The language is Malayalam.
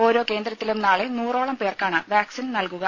ഓരോ കേന്ദ്രത്തിലും നാളെ നൂറോളം പേർക്കാണ് വാക്സിൻ നൽകുക